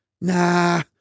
Nah